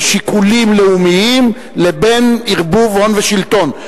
שיקולים לאומיים לבין ערבוב הון ושלטון.